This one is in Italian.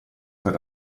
per